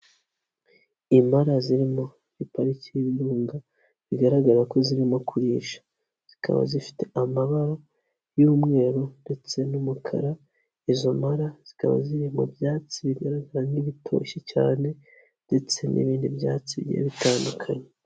Impara ziri muri pariki y'ibirunga, bigaragara ko zirimo kurisha. Zikaba zifite amabara y'umweru ndetse n'umukara, izo mpara zikaba ziri mu byatsi bigaragara nk'ibitoshye cyane ndetse n'ibindi byatsi bigiye bitandukanye.